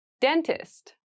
Dentist